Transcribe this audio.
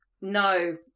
No